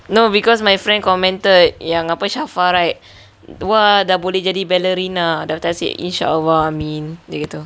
no because my friend commented yang apa shafa right !wah! dah boleh jadi ballerina lepas tu I said inshallah amin dia gitu